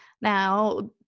Now